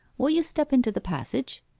will you step into the passage